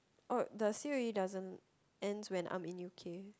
oh the c_o_e doesn't~ ends when I'm in u_k